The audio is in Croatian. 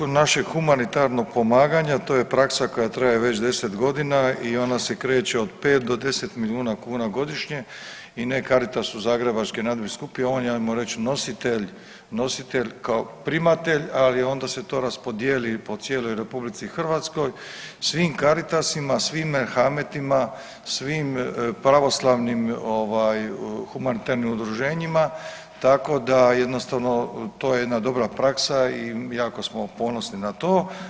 Što se tiče našeg humanitarnog pomaganja, to je praksa koja traje već 10 godina i ona se kreće od 5 do 10 milijuna kuna godišnje i ne Caritasu Zagrebačke nadbiskupije, on je, ajmo reći, nositelj kao primatelj, ali onda se to raspodijeli po cijeloj RH, svim caritasima, svim merhametima, svim pravoslavnim ovaj, humanitarnim udruženjima, tako da jednostavno to je jedna dobra praksa i jako smo ponosni na to.